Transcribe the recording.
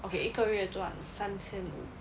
okay 一个月赚三千五